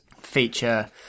feature